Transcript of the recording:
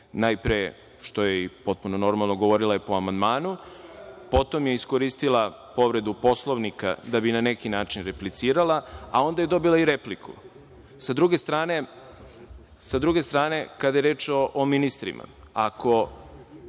najpre što je i potpuno normalno, govorila je po amandmanu, potom je iskoristila povredu Poslovnika, da bi na neki način replicirala, a onda je dobila i repliku. Sa druge strane, kada je reč o ministrima, ako